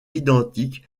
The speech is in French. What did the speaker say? identique